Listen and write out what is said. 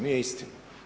Nije istina.